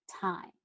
time